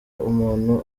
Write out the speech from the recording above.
umuntu